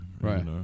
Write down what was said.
Right